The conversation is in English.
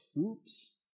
oops